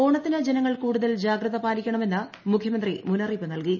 ഓണത്തിന് ജനങ്ങൾ കൂടുതൽ ജാഗ്രത പാലിക്കണ മെന്ന് മുഖ്യമന്ത്രി മുന്നറിയിപ്പു നൽകി